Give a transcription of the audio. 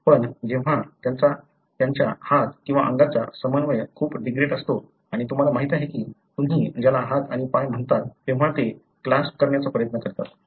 पण जेव्हा त्यांच्या हात किंवा अंगांचा समन्वय खूप डिग्रेड असतो आणि तुम्हाला माहीत आहे की तुम्ही ज्याला हात आणि पाय म्हणतो तेव्हा ते क्लासप करण्याचा प्रयत्न करतात